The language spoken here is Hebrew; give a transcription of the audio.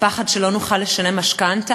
הפחד שלא נוכל לשלם משכנתה,